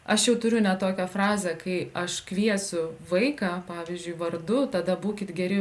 aš jau turiu net tokią frazę kai aš kviesiu vaiką pavyzdžiui vardu tada būkit geri